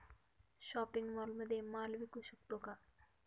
Shopping मॉलमध्ये माल विकू शकतो का?